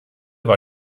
war